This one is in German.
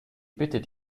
bittet